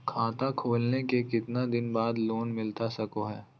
खाता खोले के कितना दिन बाद लोन मिलता सको है?